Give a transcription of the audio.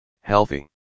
healthy